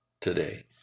today